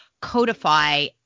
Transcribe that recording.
codify